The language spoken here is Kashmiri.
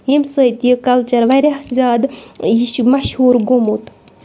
ییٚمہِ سۭتۍ یہِ کَلچر واریاہ زیادٕ یہِ چھُ مَشہوٗر گوٚمُت